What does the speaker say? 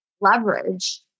leverage